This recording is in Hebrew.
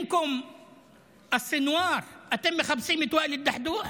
במקום סנוואר אתם מחפשים את ואאל א-דחדוח?